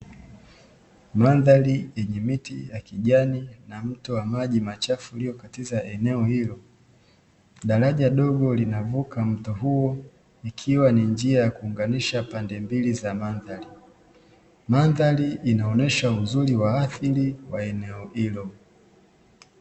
Mandhari yenye miti ya kijani na mto wa maji machafu uliokatiza katika eneo hilo, daraja dogo linavuka mto huo, ikiwa ni njia ya kuunganisha pande mbili za mandhari. Mandhari inaonyesha uzuri wa asili wa eneo hilo.